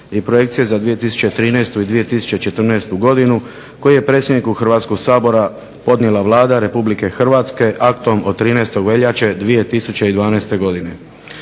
i Projekcije za 2013. i 2014. godinu koji je predsjedniku Hrvatskoga sabora podnijela Vlada Republike Hrvatske aktom od 13. veljače 2012. godine.